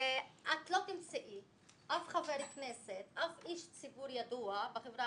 את לא תמצאי אף חבר כנסת אף איש ציבור ידוע בחברה